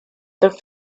the